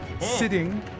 sitting